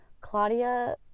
claudia